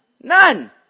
None